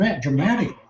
dramatic